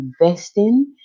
investing